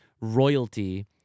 royalty